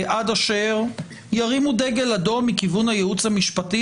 עד אשר ירימו דגל אדום מכיוון הייעוץ המשפטי,